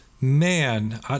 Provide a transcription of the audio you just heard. Man